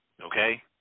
Okay